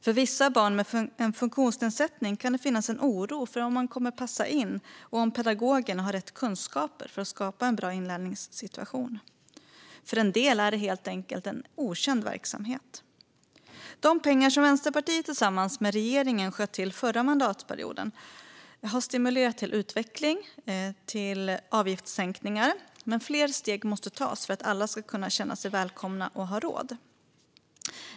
För vissa barn med funktionsnedsättning kan det finnas en oro för om man kommer att passa in och om pedagogerna har rätt kunskaper för att skapa en bra inlärningssituation. För en del barn är det här helt enkelt en okänd verksamhet. De pengar som Vänsterpartiet tillsammans med regeringen sköt till förra mandatperioden har stimulerat till utveckling och avgiftssänkningar, men fler steg måste tas för att alla ska kunna känna sig välkomna och ha råd.